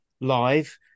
live